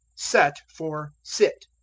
set for sit.